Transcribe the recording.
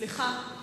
סליחה.